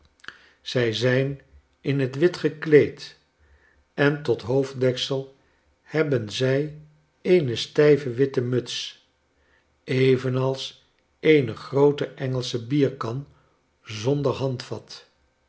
zij zijn in het wit gekleed en tot hoofddeksel hebben zij eene stijve witte muts evenals eene groote engelsche bierkan zonder handvat